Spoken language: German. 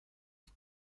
und